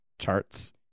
charts